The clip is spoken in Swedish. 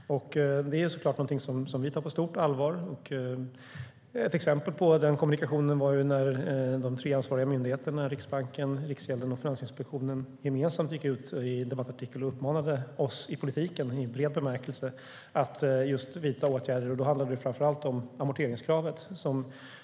Det är såklart något som vi tar på stort allvar. Ett exempel på den kommunikationen är att de tre ansvariga myndigheterna Riksbanken, Riksgälden och Finansinspektionen gemensamt i en debattartikel uppmanade oss i politiken, i bred bemärkelse, att vidta åtgärder. Då handlade det framför allt om amorteringskravet.